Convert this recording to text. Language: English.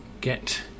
get